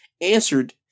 answered